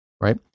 right